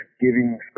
giving